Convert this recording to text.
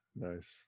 nice